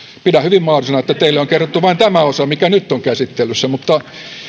pidän hyvin mahdollisena että teille on kerrottu vain tämä osa mikä nyt on käsittelyssä mutta